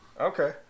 Okay